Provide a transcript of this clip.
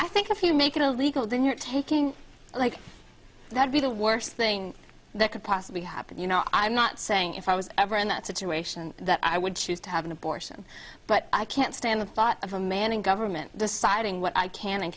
i think if you make it illegal then you're taking like that to be the worst thing that could possibly happen you know i'm not saying if i was ever in that situation that i would choose to have an abortion but i can't stand the thought of a man in government deciding what i can and